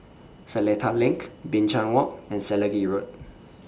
Seletar LINK Binchang Walk and Selegie Road